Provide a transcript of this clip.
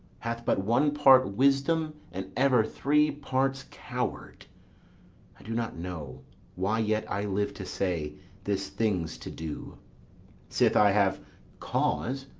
hath but one part wisdom and ever three parts coward i do not know why yet i live to say this thing's to do sith i have cause,